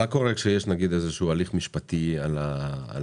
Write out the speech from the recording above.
מה קורה כאשר יש הליך משפטי על הנכס?